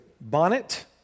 bonnet